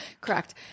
correct